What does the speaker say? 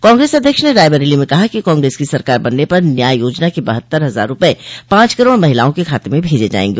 कांग्रेस अध्यक्ष ने रायबरेली में कहा कि कांग्रेस की सरकार बनने पर न्याय योजना के बहत्तर हजार रूपये पांच करोड़ महिलाओं के खाते में भेजे जायेंगे